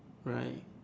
right